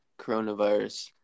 coronavirus